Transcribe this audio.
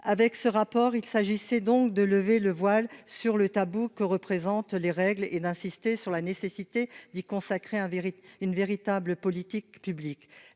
avec ce rapport, il s'agissait donc de lever le voile sur le tabou que représente les règles et d'insister sur la nécessité d'y consacrer un Verit une véritable politique publique